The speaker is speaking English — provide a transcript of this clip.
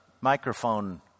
microphone